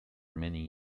many